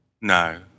no